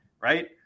Right